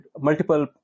multiple